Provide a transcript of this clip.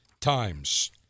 times